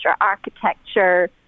architecture